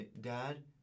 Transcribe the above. Dad